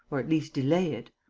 or at least delay it.